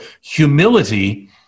humility